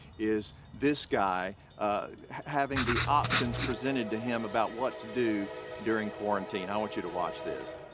is this guy having the options presented to him about what to do during quarantine. i want you to watch this.